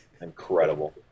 Incredible